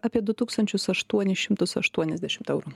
apie du tūkstančius aštuonis šimtus aštuoniasdešimt eurų